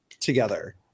together